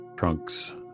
Trunks